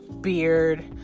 beard